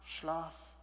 Schlaf